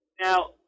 Now